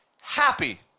happy